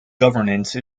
governance